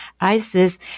ISIS